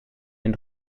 den